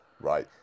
right